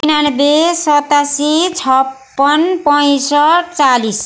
उनानब्बे सतासी छपन्न पैँसट्ठ चालिस